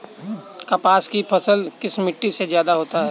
कपास की फसल किस मिट्टी में ज्यादा होता है?